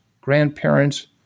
grandparents